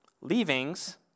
leavings